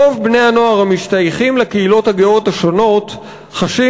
רוב בני-הנוער המשתייכים לקהילות הגאות השונות חשים